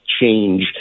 Change